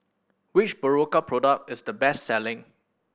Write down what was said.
which Berocca product is the best selling